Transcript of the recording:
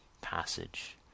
Passage